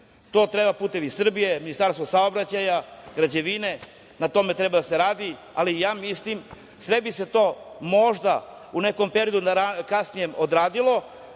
To treba „Putevi Srbije“, Ministarstvo saobraćaja, građevine na tome treba da se radi, ali ja mislim da bi se sve to možda u nekom kasnijem odradilo,